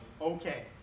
okay